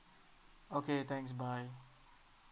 okay thanks bye